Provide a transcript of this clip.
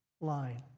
line